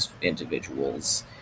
individuals